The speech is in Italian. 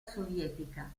sovietica